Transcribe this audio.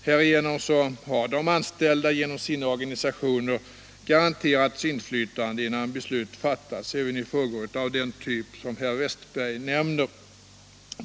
Härigenom har de anställda genom sina organisationer garanterats inflytande innan beslut fattas även i frågor av den typ herr Wästberg nämner.